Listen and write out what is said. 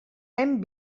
hem